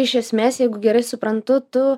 iš esmės jeigu gerai suprantu tu